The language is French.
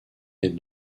est